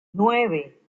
nueve